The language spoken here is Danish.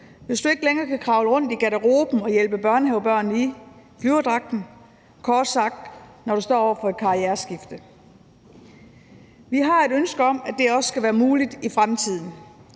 hvis du ikke længere kan kravle rundt i garderoben og hjælpe børnehavebørn i flyverdragten, kort sagt når du står over for et karriereskift. Vi har et ønske om, at det også skal være muligt i fremtiden.